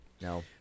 No